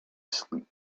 sleep